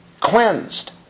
Cleansed